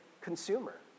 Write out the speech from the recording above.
consumer